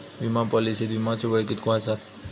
विमा पॉलिसीत विमाचो वेळ कीतको आसता?